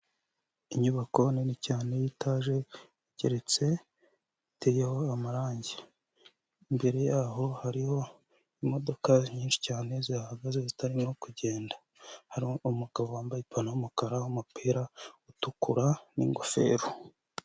Inyubako nini cyane y'itaje igeretse iteyeho amarangi, imbere yaho hariho imodoka nyinshi cyane zihagaze zitarimo kugenda, hari umugabo wambaye ipantaro y'umukara, umupira utukura n'ingofero.